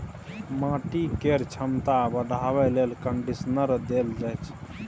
माटि केर छमता बढ़ाबे लेल कंडीशनर देल जाइ छै